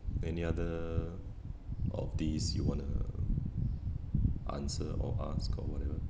any other of these you wanna answer or ask or whatever